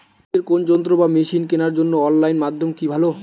কৃষিদের কোন যন্ত্র বা মেশিন কেনার জন্য অনলাইন মাধ্যম কি ভালো?